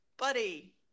buddy